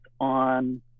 on